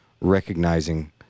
recognizing